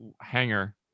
hanger